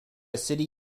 city